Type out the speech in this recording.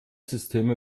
systeme